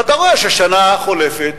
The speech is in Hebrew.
ואתה רואה ששנה חולפת,